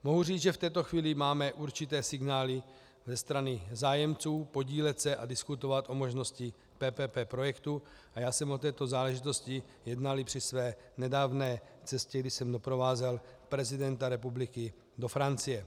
Mohu říct, že v této chvíli máme určité signály ze strany zájemců podílet se a diskutovat o možnosti PPP projektu, a já jsem o této záležitosti jednal i při své nedávné cestě, kdy jsem doprovázel prezidenta republiky do Francie.